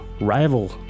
rival